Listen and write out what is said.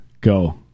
go